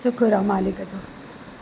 शुकुरु आहे मालिक जो